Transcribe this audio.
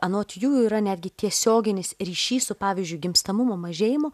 anot jų yra netgi tiesioginis ryšys su pavyzdžiui gimstamumo mažėjimu